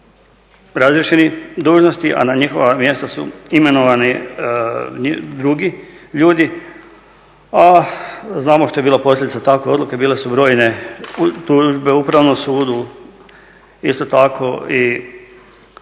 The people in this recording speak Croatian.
razriješeni dužnosti, a na njihova mjesta su imenovani drugi ljudi, a znamo šta je bila posljedica takve odluke, bile su brojne tužbe Upravnom sudu, isto tako i